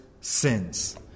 sins